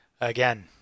Again